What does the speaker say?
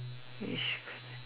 which